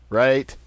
right